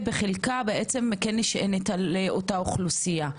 בחלקה כן נשענת על אותה אוכלוסייה.